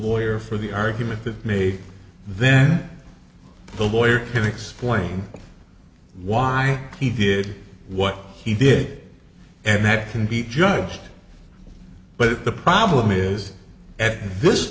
lawyer for the argument that maybe then the lawyer can explain why he did what he did and that can be judged but the problem is at this